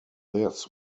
this